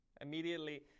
Immediately